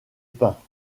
pins